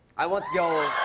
i want to go